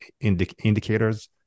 indicators